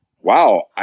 Wow